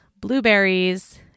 blueberries